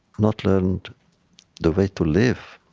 not learned the way to live,